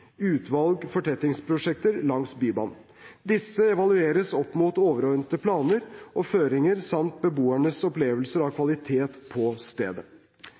utvalg fortettingsprosjekter langs Bybanen. Disse evalueres opp mot overordnede planer og føringer samt beboernes opplevelser av kvalitet på stedet.